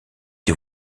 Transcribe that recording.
des